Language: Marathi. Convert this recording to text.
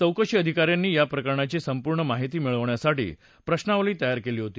चौकशी अधिकाऱ्यांनी या प्रकरणाची संपूर्ण माहिती मिळवण्यासाठी प्रश्वावली तयार केली होती